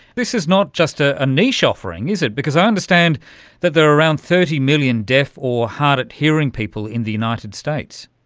this is not just a ah niche offering, is it, because i understand that there are around thirty million deaf or hard-of-hearing people in the united states.